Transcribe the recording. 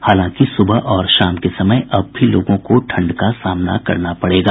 हालांकि सुबह और शाम के समय अब भी लोगों को ठंड का सामना करना पड़ेगा